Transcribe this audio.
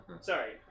Sorry